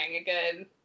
again